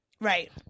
Right